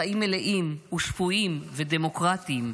חיים מלאים ושפויים ודמוקרטיים.